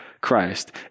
Christ